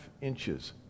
inches